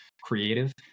creative